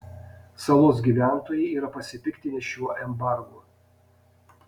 salos gyventojai yra pasipiktinę šiuo embargu